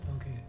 Okay